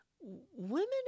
women